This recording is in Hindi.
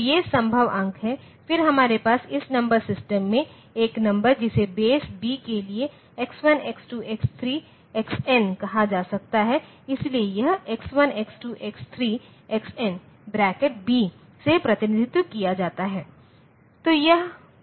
तो ये संभव अंक हैं फिर हमारे पास इस नंबर सिस्टम में एक नंबर जिसे बेस b के लिए x1 x2 x3 xn कहा जा सकता है इसलिए यह x1 x2 x3 xnb से प्रतिनिधित्व किया जाता है